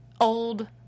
old